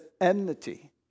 enmity